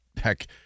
Heck